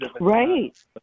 Right